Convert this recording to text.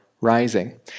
rising